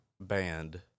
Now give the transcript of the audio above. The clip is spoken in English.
band